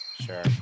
sure